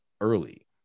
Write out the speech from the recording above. early